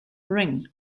ring